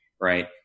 right